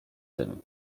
tym